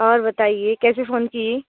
और बताइए कैसे फोन की